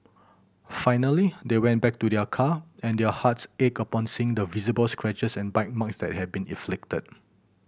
finally they went back to their car and their hearts ached upon seeing the visible scratches and bite marks that had been inflicted